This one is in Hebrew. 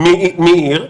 כשרות מעיר,